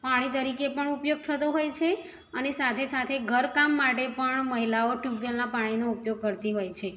પાણી તરીકે પણ ઉપયોગ થતો હોય છે અને સાથે સાથે ઘરકામ માટે પણ મહિલાઓ ટ્યુબવેલના પાણીનો ઉપયોગ કરતી હોય છે